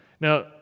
Now